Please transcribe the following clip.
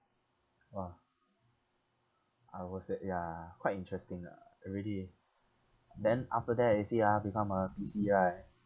!wah! I was at ya quite interesting ah ah really then after that you see ah become uh P_C right